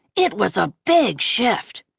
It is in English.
it was a big shift.